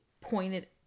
pointed